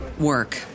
work